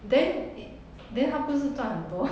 then then 她不是赚很多